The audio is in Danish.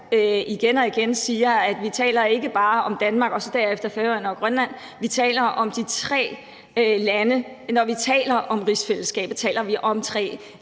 igen og igen siger, at vi ikke bare taler om Danmark og så derefter Færøerne og Grønland, men at vi taler om de tre lande. Når vi taler om rigsfællesskabet, taler vi om tre